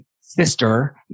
sister